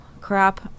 crap